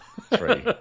three